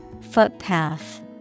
footpath